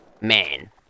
man